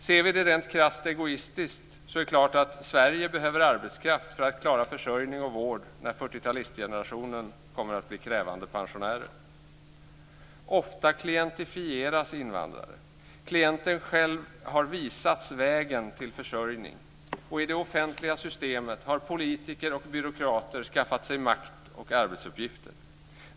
Ser vi det rent krasst egoistiskt är det klart att Sverige behöver arbetskraft för att klara försörjning och vård när 40-talistgenerationen blir krävande pensionärer. Ofta klientifieras invandrare. Klienten själv har visats vägen till försörjning, och i det offentliga systemet har politiker och byråkrater skaffat sig makt och arbetsuppgifter.